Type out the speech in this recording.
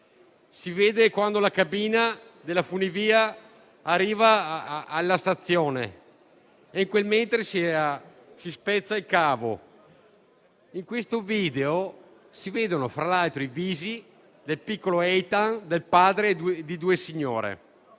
Si vede quando la cabina della funivia arriva alla stazione: in quel mentre, si spezza il cavo. Si vedono, fra l'altro, i visi del piccolo Eitan, del padre e di due signore;